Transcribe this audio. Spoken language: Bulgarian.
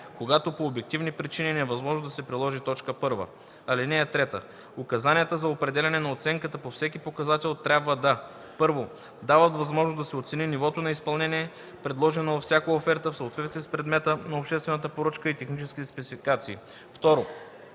когато по обективни причини е невъзможно да се приложи т. 1. (3) Указанията за определяне на оценката по всеки показател трябва да: 1. дават възможност да се оцени нивото на изпълнение, предложено във всяка оферта, в съответствие с предмета на обществената поръчка и техническите спецификации; 2.